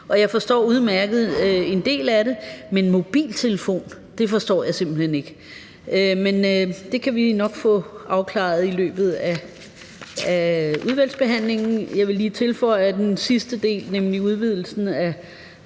Og jeg forstår udmærket en del af det, men mobiltelefon – det forstår jeg simpelt hen ikke. Men det kan vi nok få afklaret i løbet af udvalgsbehandlingen. Jeg vil lige tilføje, at den sidste del, nemlig i